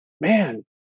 man